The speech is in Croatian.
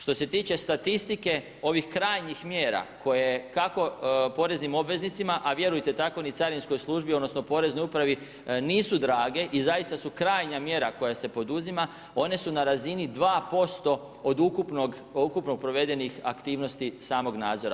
Što se tiče statistike ovih krajnjih mjera koje kako poreznim obveznicima, a vjerujte tako ni carinskoj službi, odnosno, poreznoj upravi nisu drage i zaista su krajnja mjera koja se poduzima, one su na razini 2% od ukupnog provedenih aktivnosti samog nadzora.